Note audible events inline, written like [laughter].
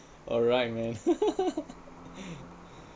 alright man [laughs]